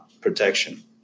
protection